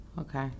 Okay